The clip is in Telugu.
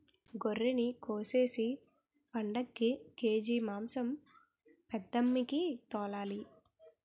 గొర్రినికోసేసి పండక్కి కేజి మాంసం పెద్దమ్మికి తోలాలి